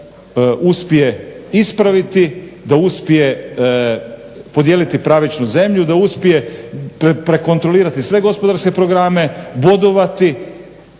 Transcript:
uspije ispraviti, da uspije podijeliti pravičnu zemlju, da uspije prekontrolirati sve gospodarske programe, bodovati.